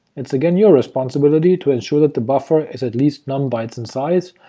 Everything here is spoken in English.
it's again your responsibility to ensure that the buffer is at least num byte in size,